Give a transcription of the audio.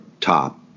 top